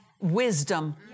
wisdom